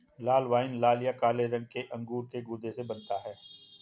लाल wine लाल या काले रंग के अंगूर के गूदे से बनता है